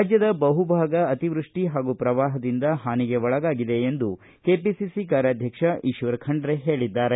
ರಾಜ್ಯದ ಬಹುಭಾಗ ಅತಿವೃಷ್ಟಿ ಹಾಗೂ ಪ್ರವಾಹದಿಂದ ಹಾನಿಗೆ ಒಳಗಾಗಿದೆ ಎಂದು ಕೆಪಿಸಿಸಿ ಕಾರ್ಯಾಧ್ಯಕ್ಷ ಈಶ್ವರ ಖಂಡ್ರೆ ಹೇಳಿದ್ದಾರೆ